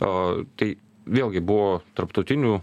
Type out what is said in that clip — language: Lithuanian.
o tai vėlgi buvo tarptautinių